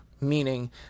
meaning